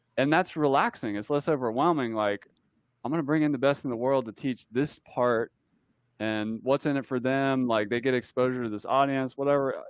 and that's relaxing. it's less overwhelming. like i'm going to bring in the best in the world to teach this part and what's in it for them. like they get exposure to this audience, whatever.